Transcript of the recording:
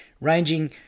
ranging